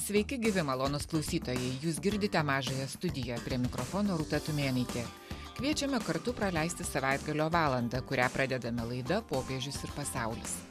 sveiki gyvi malonūs klausytojai jūs girdite mažąją studiją prie mikrofono rūta tumėnaitė kviečiame kartu praleisti savaitgalio valandą kurią pradedame laida popiežius ir pasaulis